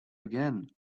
again